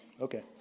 Okay